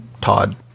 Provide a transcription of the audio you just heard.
Todd